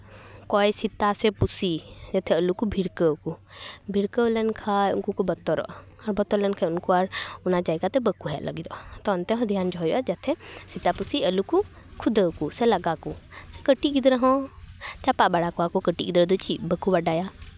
ᱚᱠᱚᱭ ᱥᱮᱛᱟ ᱥᱮ ᱯᱩᱥᱤ ᱡᱟᱛᱮ ᱟᱞᱚ ᱠᱚ ᱵᱷᱤᱲᱠᱟᱹᱣ ᱠᱚ ᱵᱷᱤᱲᱠᱟᱹᱣ ᱞᱮᱱᱠᱷᱟᱱ ᱩᱱᱠᱩ ᱠᱚ ᱵᱚᱛᱚᱨᱚᱜᱼᱟ ᱟᱨ ᱵᱚᱛᱚᱨ ᱞᱮᱱᱠᱷᱟᱱ ᱩᱱᱠᱩ ᱟᱨ ᱚᱱᱟ ᱡᱟᱭᱜᱟ ᱛᱮ ᱵᱟᱠᱚ ᱦᱮᱡ ᱞᱟᱹᱜᱤᱫᱚᱜᱼᱟ ᱛᱚ ᱚᱱᱛᱮ ᱦᱚᱸ ᱫᱷᱮᱭᱟᱱ ᱫᱚᱦᱚᱭ ᱦᱩᱭᱩᱜᱼᱟ ᱡᱟᱛᱮ ᱥᱮᱛᱟ ᱯᱩᱥᱤ ᱟᱞᱚ ᱠᱚ ᱠᱷᱩᱫᱟᱹᱣ ᱠᱚ ᱥᱮᱠᱚ ᱞᱟᱜᱟ ᱠᱚ ᱠᱟᱹᱴᱤᱡ ᱜᱤᱫᱽᱨᱟᱹ ᱦᱚᱸ ᱪᱟᱯᱟᱫ ᱵᱟᱲᱟ ᱠᱚᱣᱟ ᱠᱚ ᱜᱤᱫᱽᱨᱟᱹ ᱫᱚ ᱪᱮᱫ ᱵᱟᱠᱚ ᱵᱟᱰᱟᱭᱟ